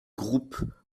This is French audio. groupe